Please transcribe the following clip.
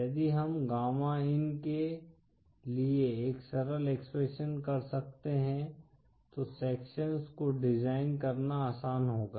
यदि हम गामा इन के लिए एक सरल एक्सप्रेशन कर सकते हैं तो सेक्शंस को डिजाइन करना आसान होगा